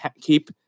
keep